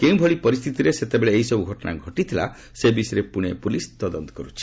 କେଉଁଭଳି ପରିସ୍ଥିତିରେ ସେତେବେଳେ ଏଇସବୁ ଘଟଣା ଘଟିଥିଲା ସେ ବିଷୟରେ ପୁଣେ ପୁଲିସ୍ ତଦନ୍ତ କରୁଛି